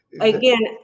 Again